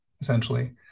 essentially